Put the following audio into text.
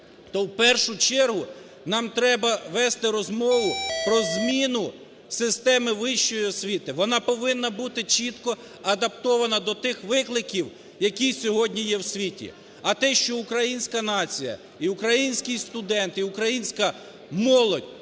то в першу чергу нам треба вести розмову про зміну системи вищої освіти, вона повинна бути чітко адаптована до тих викликів, які сьогодні є в світі. А те, що українська нація і український студент, і українська молодь